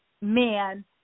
man